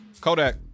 Kodak